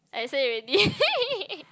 I say already